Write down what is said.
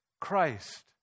Christ